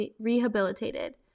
rehabilitated